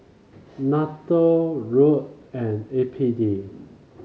NATO ROD and A P D